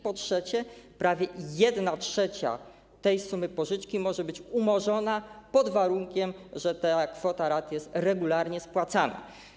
Po trzecie, prawie 1/3 tej sumy pożyczki może być umorzona, pod warunkiem że ta kwota rat jest regularnie spłacana.